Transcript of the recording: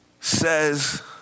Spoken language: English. says